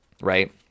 right